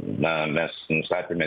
na mes nustatėme